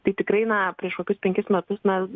tai tikrai na prieš kokius penkis metus na